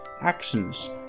actions